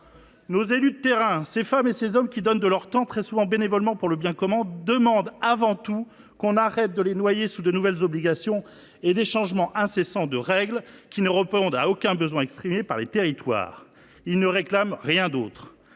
Nos élus de terrain, ces femmes et ces hommes qui donnent de leur temps, très souvent bénévolement, pour le bien commun, demandent avant tout qu’on arrête de les noyer sous de nouvelles obligations et d’incessants changements des règles, qui ne répondent à aucun besoin exprimé par les territoires. Aucun ! Ils ne réclament rien d’autre